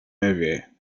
ewie